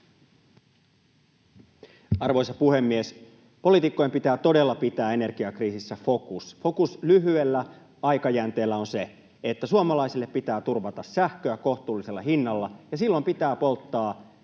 Arvoisa puhemies! Poliitikkojen pitää todella pitää energiakriisissä fokus. Fokus lyhyellä aikajänteellä on se, että suomalaisille pitää turvata sähköä kohtuullisella hinnalla, ja silloin pitää polttaa